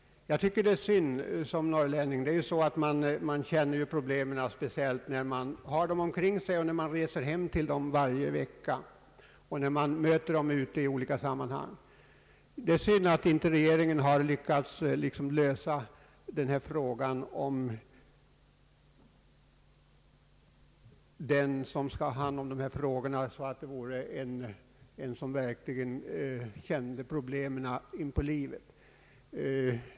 Som norrlänning känner man väl till de problem vi här diskuterar, och när man reser hem varje vecka möter man dem i olika sammanhang. Jag tycker det är synd att regeringen inte har lyckats lösa frågan så att en norrlänning har hand om regionalpolitiken. Det bör vara en som verkligen känner till problemen i grunden.